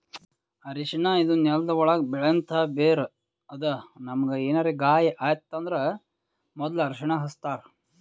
ಅರ್ಷಿಣ ಇದು ನೆಲ್ದ ಒಳ್ಗ್ ಬೆಳೆಂಥ ಬೇರ್ ಅದಾ ನಮ್ಗ್ ಏನರೆ ಗಾಯ ಆಗಿತ್ತ್ ಅಂದ್ರ ಮೊದ್ಲ ಅರ್ಷಿಣ ಹಚ್ತಾರ್